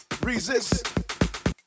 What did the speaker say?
resist